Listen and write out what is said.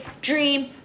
dream